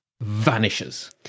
vanishes